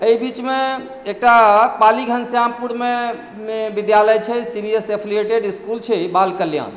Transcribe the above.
एहि बीचमे एकटा पाली घनश्यामपुरमे विद्यालय छै सी बी एस इ से एफिलिएटेड छै बाल कल्याण